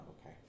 okay